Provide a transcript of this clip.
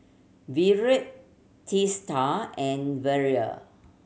Virat Teesta and Vedre